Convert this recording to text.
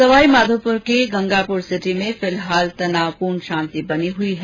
सवाईमाधोपुर के गंगापुर सिटी में फिलहाल तनावपूर्ण शांति बनी हुई है